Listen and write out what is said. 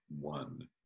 one